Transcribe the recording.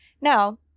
Now